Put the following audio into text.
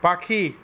পাখি